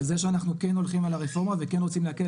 אז זה שאנחנו כן הולכים על הרפורמה וכן רוצים להקל